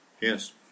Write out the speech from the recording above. Yes